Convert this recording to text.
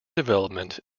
development